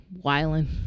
wiling